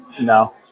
No